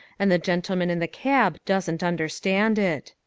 and the gentleman in the cab doesn't understand it.